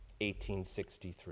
1863